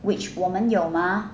which 我们有吗